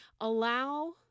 allow